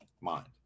mind